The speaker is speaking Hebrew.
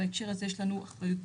בהקשר הזה יש לנו אחריות גדולה.